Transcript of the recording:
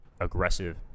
aggressive